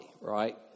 right